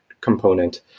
component